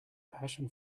passion